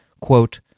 Quote